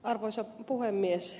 arvoisa puhemies